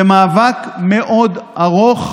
זה מאבק מאוד ארוך